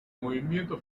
movimiento